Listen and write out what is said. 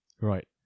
Right